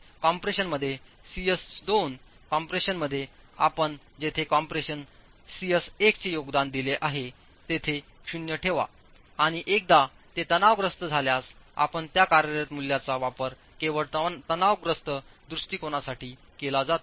कॉम्प्रेशनमध्ये सीएस 2 कम्प्रेशनमध्येआपण जेथेकॉम्प्रेशन सीएस 1 चे योगदान दिले आहेतेथे शून्य ठेवाआणि एकदा ते तणावग्रस्त झाल्यास आपण त्या कार्यरत मूल्यांचा वापर केवळ तणावग्रस्त दृष्टिकोनासाठी केला जातो